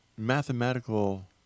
mathematical